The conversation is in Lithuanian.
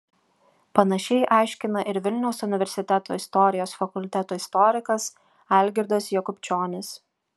panašiai aiškina ir vilniaus universiteto istorijos fakulteto istorikas algirdas jakubčionis